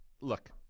Look